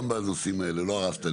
לא הרסת,